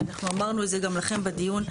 ואמרנו את זה גם לכם בדיון.